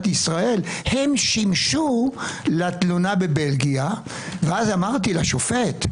ישראל הם שימשו לתלונה בבלגיה ואז אמרתי לשופט: